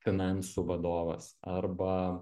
finansų vadovas arba